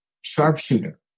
sharpshooter